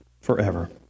forever